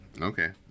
Okay